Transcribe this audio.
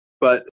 but-